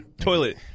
toilet